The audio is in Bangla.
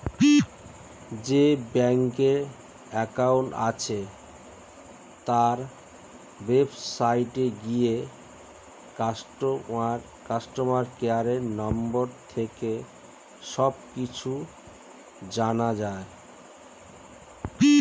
যেই ব্যাংকে অ্যাকাউন্ট আছে, তার ওয়েবসাইটে গিয়ে কাস্টমার কেয়ার নম্বর থেকে সব কিছু জানা যায়